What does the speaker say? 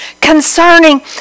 Concerning